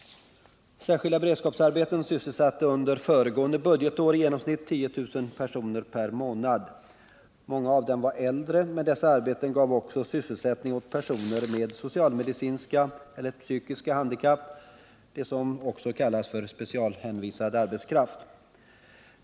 Särskilda beredskapsarbeten sysselsatte under föregående budgetår i genomsnitt 10 300 personer per månad. Många av dem var äldre, men dessa arbeten gav också sysselsättning åt personer med socialmedicinska eller psykiska handikapp, de som också kallas för specialhänvisad arbetskraft.